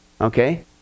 Okay